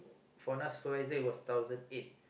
for what I know supervisor it was thousand eight